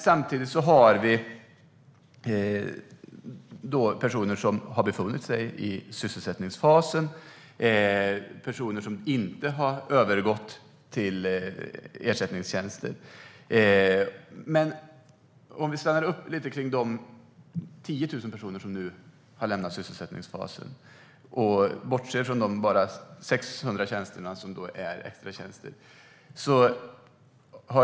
Samtidigt har vi personer som har befunnit sig i sysselsättningsfasen och inte övergått till ersättningstjänster. Låt oss stanna upp lite inför de 10 000 personer som nu har lämnat sysselsättningsfasen och bortser från de 600 tjänster som är extratjänster.